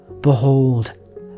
behold